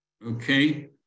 Okay